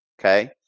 Okay